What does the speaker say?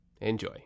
Enjoy